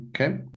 okay